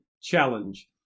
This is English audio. challenge